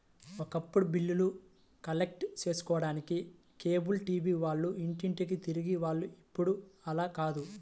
ఒకప్పుడు బిల్లులు కలెక్ట్ చేసుకోడానికి కేబుల్ టీవీ వాళ్ళు ఇంటింటికీ తిరిగే వాళ్ళు ఇప్పుడు అలా కాదు